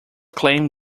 claim